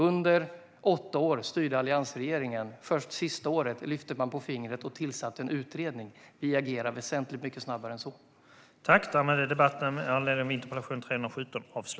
Under åtta år styrde alliansregeringen. Först sista året lyfte man på fingret och tillsatte en utredning. Vi agerar väsentligt snabbare än så.